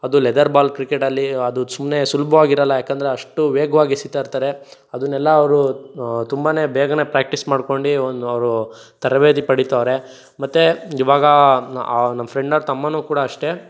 ಅದು leather ball ಕ್ರಿಕೆಟಲ್ಲಿ ಅದು ಸುಮ್ಮನೆ ಸುಲಭವಾಗಿರಲ್ಲ ಯಾಕಂದರೆ ಅಷ್ಟು ವೇಗವಾಗಿ ಎಸೀತಾ ಇರ್ತಾರೆ ಅದನ್ನೆಲ್ಲ ಅವರು ತುಂಬಾ ಬೇಗನೆ ಪ್ರಾಕ್ಟಿಸ್ ಮಾಡ್ಕೊಂಡು ಒಂದವರು ತರಬೇತಿ ಪಡಿತಾವ್ರೆ ಮತ್ತು ಈವಾಗ ಆ ನಮ್ಮ ಫ್ರೆಂಡ್ನವರ ತಮ್ಮನೂ ಕೂಡ ಅಷ್ಟೆ